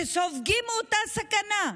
שסופגים את אותה סכנה,